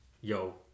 yo